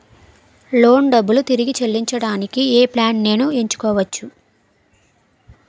Loan డబ్బులు తిరిగి చెల్లించటానికి ఏ ప్లాన్ నేను ఎంచుకోవచ్చు?